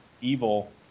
evil